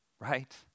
right